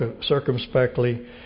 circumspectly